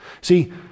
See